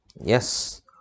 Yes